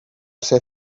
ser